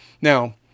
Now